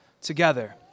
together